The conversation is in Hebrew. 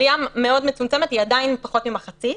עלייה מאוד מצומצמת, היא עדיין פחות ממחצית.